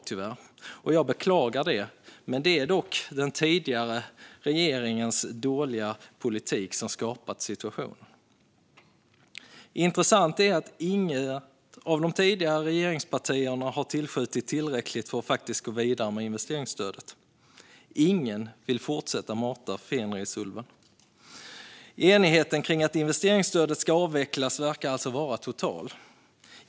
Jag beklagar detta, men det är den tidigare regeringens dåliga politik som skapat denna situation. Intressant är att inget av de tidigare regeringspartierna har tillskjutit tillräckligt för att faktiskt gå vidare med investeringsstödet. Ingen vill fortsätta mata Fenrisulven. Enigheten om att investeringsstödet ska avvecklas verkar alltså vara total.